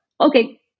okay